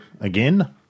again